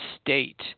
state